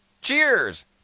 Cheers